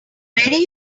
very